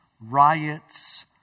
riots